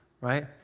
Right